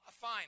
fine